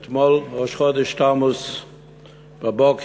אתמול, ראש חודש תמוז, בבוקר,